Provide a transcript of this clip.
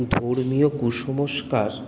ধর্মীয় কুসংস্কার